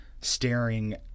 staring